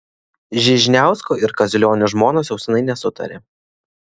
žižniausko ir kaziulionio žmonos jau seniai nesutaria